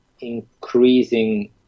increasing